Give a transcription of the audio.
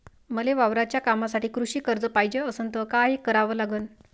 मले वावराच्या कामासाठी कृषी कर्ज पायजे असनं त काय कराव लागन?